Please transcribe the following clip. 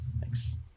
Thanks